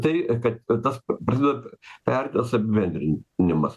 tai kad tas prasideda pertės apibendrinimas